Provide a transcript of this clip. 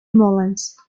moulins